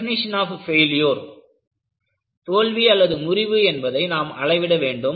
definition of failure தோல்வி முறிவு என்பதை நாம் அளவிட வேண்டும்